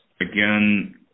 again